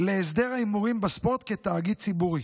להסדר ההימורים בספורט כתאגיד ציבורי,